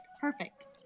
perfect